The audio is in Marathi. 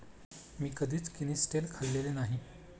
मी कधीच किनिस्टेल खाल्लेले नाही